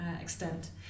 extent